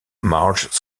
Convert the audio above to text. marge